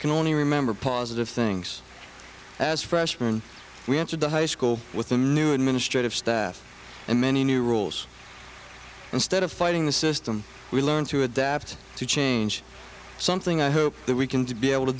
can only remember positive things as freshman we entered a high school with a new administrative staff and many new rules instead of fighting the system we learned to adapt to change something i hope that we can to be able to